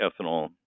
ethanol